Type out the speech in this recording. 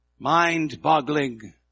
Mind-boggling